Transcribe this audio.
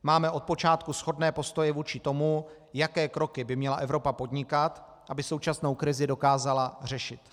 Máme od počátku shodné postoje vůči tomu, jaké kroky by měla Evropa podnikat, aby současnou krizi dokázala řešit.